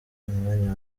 umwanya